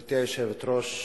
גברתי היושבת-ראש,